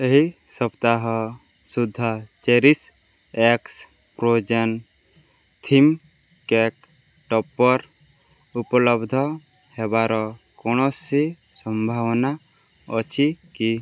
ଏହି ସପ୍ତାହ ସୁଦ୍ଧା Cherish x Frozen theme cake topper ଉପଲବ୍ଧ ହେବାର କୌଣସି ସମ୍ଭାବନା ଅଛି କି